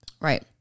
Right